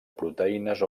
proteïnes